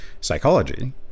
psychology